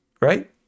right